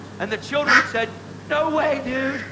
and the children said no way, dude.